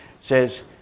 says